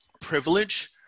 privilege